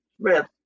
Smith